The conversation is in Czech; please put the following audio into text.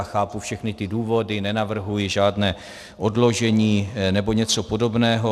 Chápu všechny ty důvody, nenavrhuji žádné odložení nebo něco podobného.